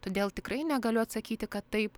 todėl tikrai negaliu atsakyti kad taip